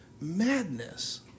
madness